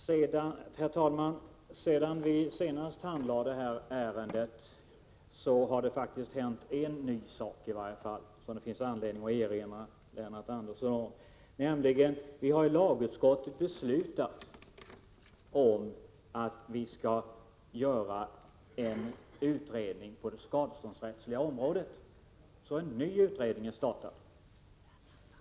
Herr talman! Sedan vi senast handlade detta ärende har det faktiskt hänt åtminstone en ny sak som det finns anledning att erinra Lennart Andersson om, nämligen att vi i lagutskottet har beslutat om att vi skall göra en utredning på det skadeståndsrättsliga området — en ny utredning är alltså tillsatt.